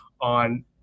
on